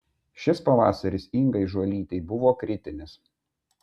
šis pavasaris ingai žuolytei buvo kritinis